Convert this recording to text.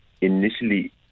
initially